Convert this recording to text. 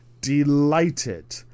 delighted